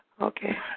Okay